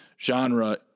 genre